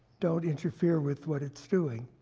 don't interfere with what it's doing.